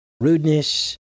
rudeness